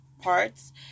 parts